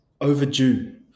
overdue